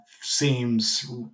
seems